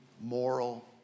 moral